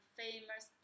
famous